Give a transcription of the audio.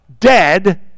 dead